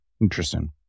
Interesting